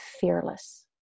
fearless